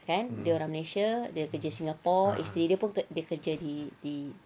kan dia orang malaysia dia kerja singapore isteri dia pun dia kerja di di di